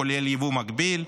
כולל יבוא מקביל,